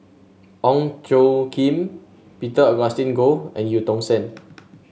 Ong Tjoe Kim Peter Augustine Goh and Eu Tong Sen